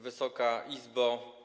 Wysoka Izbo!